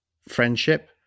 friendship